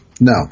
No